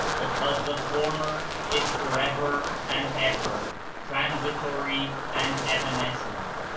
because the former is forever and ever transitory and evanescent,